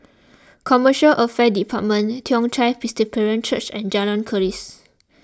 Commercial Affairs Department Toong Chai Presbyterian Church and Jalan Keris